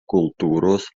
kultūros